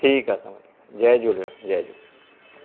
ठीकु आहे साईं जय झूलेलाल जय झूलेलाल